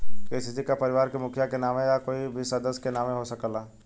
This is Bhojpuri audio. के.सी.सी का परिवार के मुखिया के नावे होई या कोई भी सदस्य के नाव से हो सकेला?